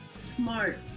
smart